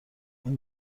این